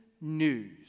news